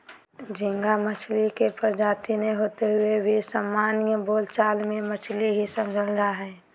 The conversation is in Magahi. झींगा मछली के प्रजाति नै होते हुए भी सामान्य बोल चाल मे मछली ही समझल जा हई